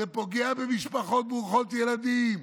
זה פוגע במשפחות ברוכות ילדים,